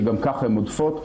שגם ככה הן עודפות.